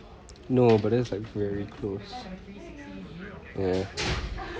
no but then it's like very close ya